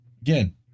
Again